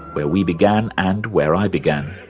where we began and where i began.